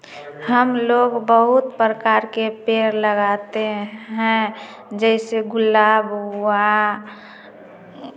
हम लोग बहुत प्रकार के पेड़ लगाते हैं जैसे गुलाब हुआ